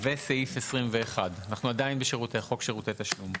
וסעיף 21. אנחנו עדיין בשירותי, חוק שירותי תשלום.